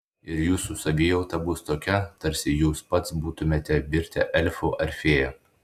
ir jūsų savijauta bus tokia tarsi jūs pats būtumėte virtę elfu ar fėja